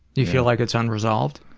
you feel like it's unresolved?